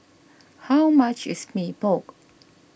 how much is Mee Pok